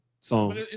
song